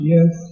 Yes